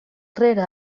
rere